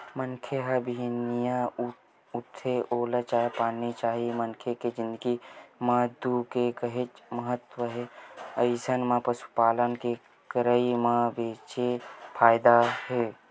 मनखे ह बिहनिया उठथे ओला चाय पानी चाही मनखे के जिनगी म दूद के काहेच महत्ता हे अइसन म पसुपालन के करई म बनेच फायदा हे